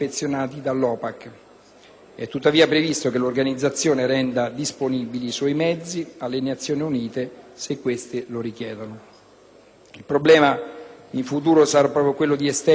Il problema in futuro sarà proprio quello di estendere il regime di controllo a tutte le aree del pianeta, soprattutto nei Paesi in cui la Convenzione di Ginevra non è ancora operativa.